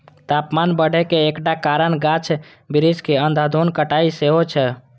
तापमान बढ़े के एकटा कारण गाछ बिरिछ के अंधाधुंध कटाइ सेहो छै